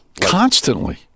Constantly